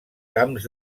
camps